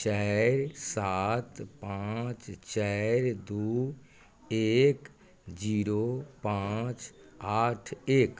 चारि सात पाँच चारि दू एक जीरो पाँच आठ एक